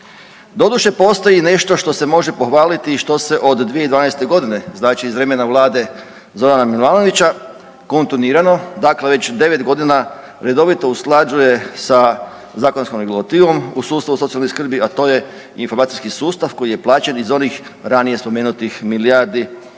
Doduše postoji nešto što se može pohvaliti i što se od 2012.g. znači iz vremena vlade Zorana Milanovića kontinuirano već devet godina redovito usklađuje sa zakonskom regulativom u sustavu socijalne skrbi, a to je informacijski sustav koji je plaćen iz onih ranije spomenutih milijardi kuna.